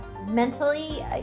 Mentally